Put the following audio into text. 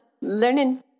learning